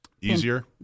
Easier